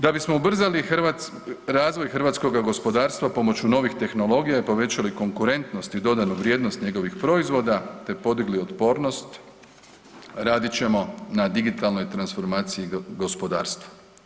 Da bismo ubrzali razvoj hrvatskog gospodarstva pomoću novih tehnologija i povećali konkurentnost i dodanu vrijednost njegovih proizvoda te podigli otpornost radit ćemo na digitalnoj transformaciji gospodarstva.